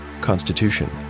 Constitution